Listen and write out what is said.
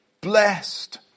blessed